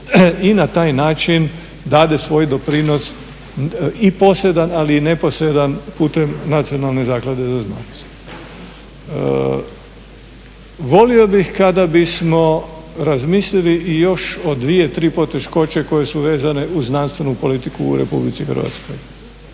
i na taj način dade svoj doprinos i posredan ali i neposredan putem Nacionalne zaklade za znanost. Volio bih kada bismo razmislili i još o dvije, tri poteškoće koje su vezane uz znanstvenu politiku u Republici Hrvatskoj.